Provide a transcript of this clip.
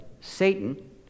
Satan